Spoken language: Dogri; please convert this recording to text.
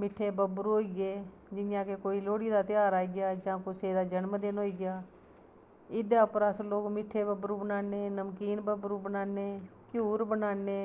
मिट्ठे बब्बरू होइये जि'यां के कोई लोह्ड़ी दा ध्यार आइया जां कुसै दा जन्मदिन होइया एह्दे उप्पर अस लोग मिट्ठे बब्बरू बनाने नमकीन बब्बरू बनाने घ्यूर बनाने